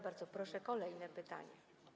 Bardzo proszę, kolejne pytanie.